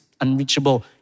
unreachable